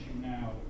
now